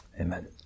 Amen